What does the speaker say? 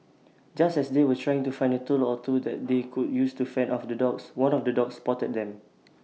just as they were trying to find A tool or two that they could use to fend off the dogs one of the dogs spotted them